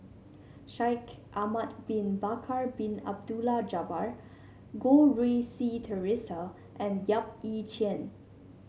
Shaikh Ahmad Bin Bakar Bin Abdullah Jabbar Goh Rui Si Theresa and Yap Ee Chian